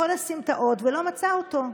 בכל הסמטאות, ולא מצא אותו.